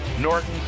Norton